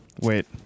Wait